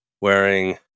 wearing